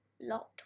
lot